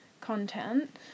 content